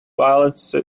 violence